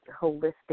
holistic